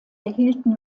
erhielten